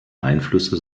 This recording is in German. einflüsse